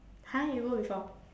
!huh! you go before